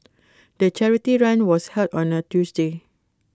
the charity run was held on A Tuesday